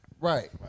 Right